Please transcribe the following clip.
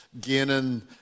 gaining